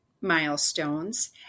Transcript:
milestones